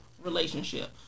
relationship